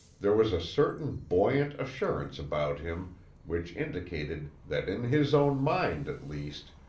there was a certain buoyant assurance about him which indicated that in his own mind, at least,